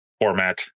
format